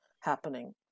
happening